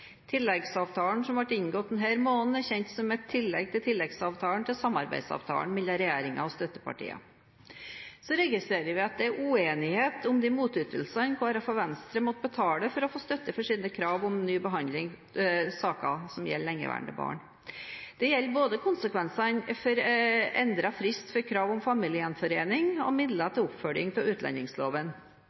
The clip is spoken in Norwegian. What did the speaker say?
Så registrerer vi at det er uenighet om de motytelsene Kristelig Folkeparti og Venstre måtte betale for å få støtte for sine krav om ny behandling av saker som gjelder lengeværende barn. Det gjelder både konsekvensene for endret frist for krav om familiegjenforening og midler til oppfølging av utlendingsloven.